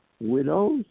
widows